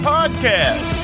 Podcast